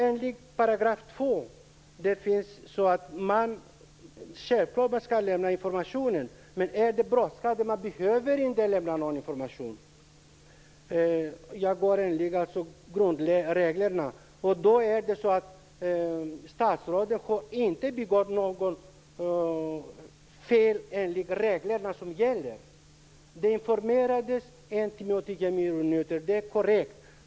Enligt § 2 skall man självfallet lämna information, men om det är brådskande behöver man inte lämna någon information. Jag talar alltså om grundreglerna. Statsrådet har inte begått något fel, enligt de regler som gäller. Man informerade en timme och tio minuter före presskonferensen; det är korrekt.